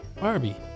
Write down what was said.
Barbie